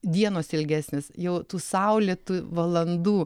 dienos ilgesnės jau tų saulėtų valandų